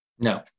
No